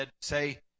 say